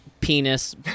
penis